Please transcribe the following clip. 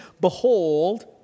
behold